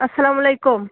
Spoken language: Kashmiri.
السلامُ علیکُم